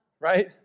Right